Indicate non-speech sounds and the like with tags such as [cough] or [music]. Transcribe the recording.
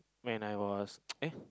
when I was [noise] eh